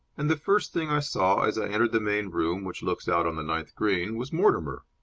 and the first thing i saw, as i entered the main room, which looks out on the ninth green, was mortimer.